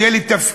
שיהיה לי תפקיד,